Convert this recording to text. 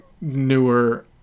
newer